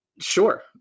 Sure